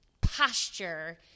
posture